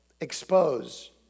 expose